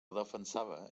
defensava